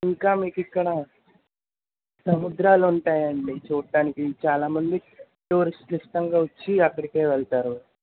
ఇంకా మీకిక్కడ సముద్రాలుంటాయండి చూడటానికి ఇవి చాలామంది టూరిస్ట్లు ఇష్టంగా వచ్చి అక్కడికే వెళ్తారు